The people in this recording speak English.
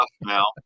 now